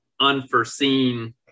unforeseen